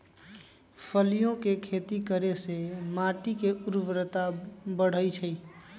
फलियों के खेती करे से माटी के ऊर्वरता बढ़ई छई